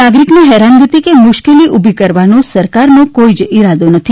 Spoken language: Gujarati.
નાગરિકને હેરાનગતિ કે મુશ્કેલી ઉભી કરવાનો સરકારનો કોઇ જ ઇરાદો નથી